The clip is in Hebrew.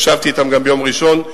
וישבתי אתם גם ביום ראשון,